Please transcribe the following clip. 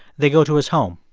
they go to his home.